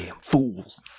fools